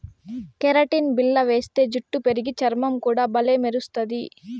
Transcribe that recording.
keratin బిల్ల వేస్తే జుట్టు పెరిగి, చర్మం కూడా బల్లే మెరస్తది